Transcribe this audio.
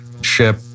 ship